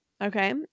Okay